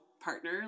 partner